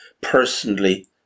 personally